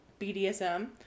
BDSM